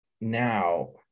now